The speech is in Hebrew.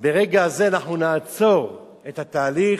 ברגע זה אנחנו נעצור את התהליך,